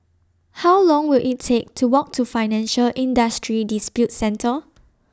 How Long Will IT Take to Walk to Financial Industry Disputes Center